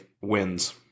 wins